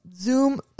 zoom